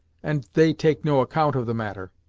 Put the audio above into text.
and they take no account of the matter.